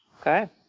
Okay